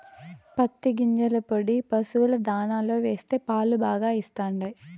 పత్తి గింజల పొడి పశుల దాణాలో వేస్తే పాలు బాగా ఇస్తండాయి